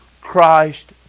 Christ